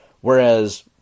whereas